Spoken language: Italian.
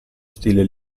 stile